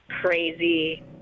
crazy